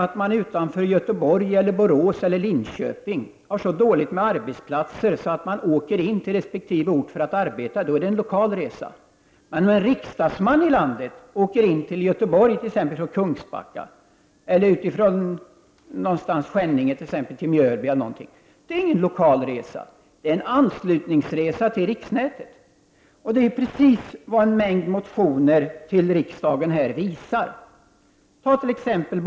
Om man utanför Göteborg, Borås eller Linköping har så dåligt med arbetsplatser att man åker in till resp. ort för att arbeta, är det en lokal resa. Om däremot en riksdagsman i landet åker in till Göteborg t.ex. ifrån Kungsbacka eller åker mellan Skänninge och Mjölby, är det ingen lokal resa. Det är en anslutningsresa till riksnätet. En mängd motioner till riksdagen visar på detta förhållande.